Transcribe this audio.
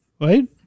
right